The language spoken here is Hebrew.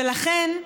ולכן,